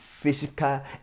physical